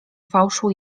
fałszu